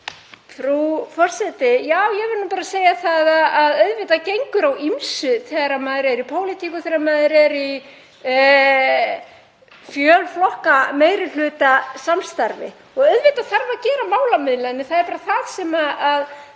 Frú forseti. Ég vil bara segja að auðvitað gengur á ýmsu þegar maður er í pólitík og þegar maður er í fjölflokka meirihlutasamstarfi og auðvitað þarf að gera málamiðlanir. Það er bara það sem